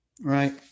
Right